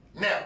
Now